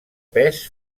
pes